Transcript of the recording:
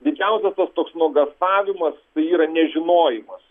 didžiausias tas toks nuogąstavimas tai yra nežinojimas